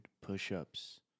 push-ups